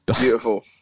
Beautiful